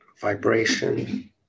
vibration